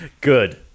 Good